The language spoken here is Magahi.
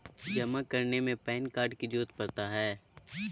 जमा करने में पैन कार्ड की जरूरत पड़ता है?